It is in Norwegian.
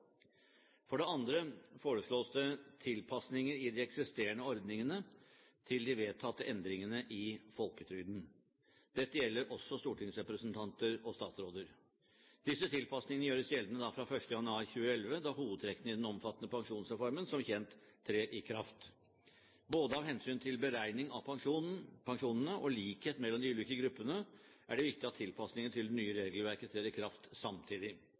For det andre foreslås det tilpasninger i de eksisterende ordningene til de vedtatte endringene i folketrygden. Dette gjelder også stortingsrepresentanter og statsråder. Disse tilpasningene gjøres gjeldende fra 1. januar 2011, da hovedtrekkene i den omfattende pensjonsreformen som kjent trer i kraft. Både av hensyn til beregning av pensjonene og av hensyn til likhet mellom de ulike gruppene er det viktig at tilpasningen til det nye regelverket trer i kraft samtidig.